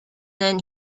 then